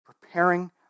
preparing